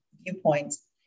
viewpoints